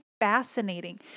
fascinating